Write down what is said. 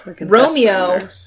Romeo